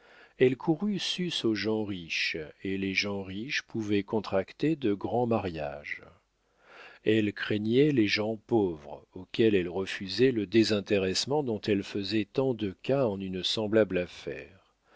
elle courut sus aux gens riches et les gens riches pouvaient contracter de grands mariages elle craignait les gens pauvres auxquels elle refusait le désintéressement dont elle faisait tant de cas en une semblable affaire